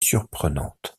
surprenante